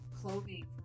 clothing